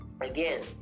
again